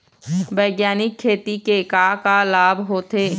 बैग्यानिक खेती के का लाभ होथे?